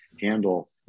handle